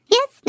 Yes